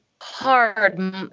hard